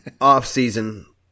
off-season